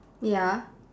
ya